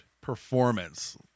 performance